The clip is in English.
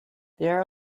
there